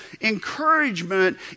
encouragement